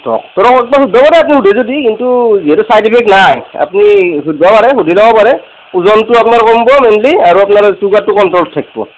ডক্তৰক একবাৰ সোধব পাৰে সোধে যদি কিন্তু ইয়াতে চাইড এফেক্ট নাই আপ্নি সোধব পাৰে সুধি ল'ব পাৰে ওজনটো আপনাৰ কম্ব মেইনলি আৰু আপোনাৰ চুগাৰটো কণ্ট্ৰলত থাক্ব